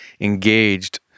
engaged